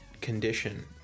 condition